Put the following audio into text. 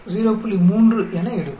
3 என எடுக்கும்